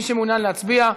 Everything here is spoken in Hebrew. מי שמעוניין להצביע,